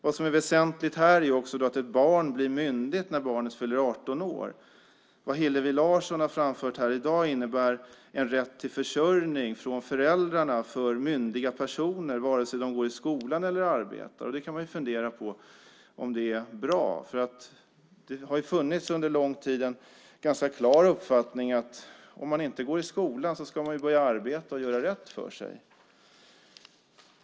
Vad som är väsentligt här är också att ett barn blir myndigt när det fyller 18 år. Vad Hillevi Larsson har framfört här i dag innebär en rätt för myndiga personer till försörjning från föräldrarna oavsett om de går i skolan eller arbetar. Man kan fundera på om det är bra. Det har under lång tid funnits en ganska klar uppfattning om att om man inte går i skolan ska man börja arbeta och göra rätt för sig.